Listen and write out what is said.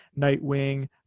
Nightwing